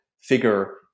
figure